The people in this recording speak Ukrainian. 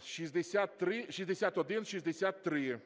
6163,